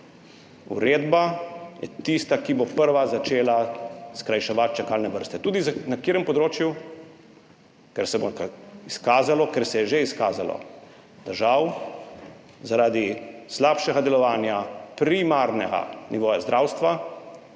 Uredba je tista, ki bo prva začela skrajševati čakalne vrste tudi na – katerem področju? Ker se bo izkazalo, ker se je že izkazalo, da žal zaradi slabšega delovanja primarnega nivoja zdravstva